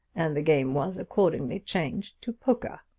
and the game was accordingly changed to poker.